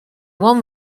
one